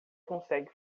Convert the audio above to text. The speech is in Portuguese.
consegue